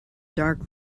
dark